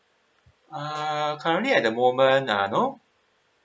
err currently at the moment uh no